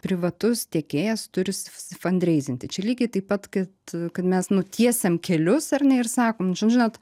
privatus tiekėjas turi susifandreizinti čia lygiai taip pat kad kad mes nutiesiam kelius ar ne ir sakom čia žinot